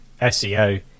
seo